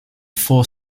four